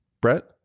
Brett